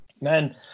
Man